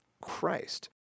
Christ